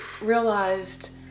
realized